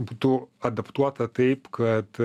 būtų adaptuota taip kad